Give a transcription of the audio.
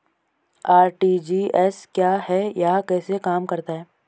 RTGS क्या है यह कैसे काम करता है?